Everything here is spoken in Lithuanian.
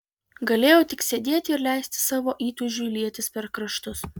galėjau tik sėdėti ir leisti savo įtūžiui lietis per kraštus